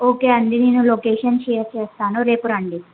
okay అండి నేను location share చేస్తాను రేపు రండి